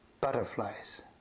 butterflies